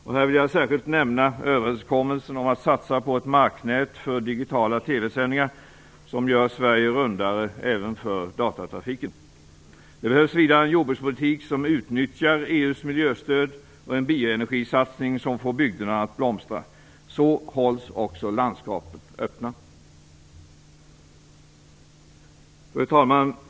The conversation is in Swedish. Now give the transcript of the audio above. Jag vill särskilt nämna överenskommelsen om att satsa på ett marknät för digitala TV sändningar, som gör Sverige rundare även för datatrafiken. Det behövs vidare en jordbrukspolitik som utnyttjar EU:s miljöstöd och en bioenergisatsning som får bygderna att blomstra. Så hålls också landskapen öppna. Fru talman!